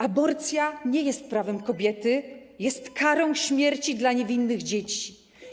Aborcja nie jest prawem kobiety, jest karą śmierci dla niewinnych dzieci.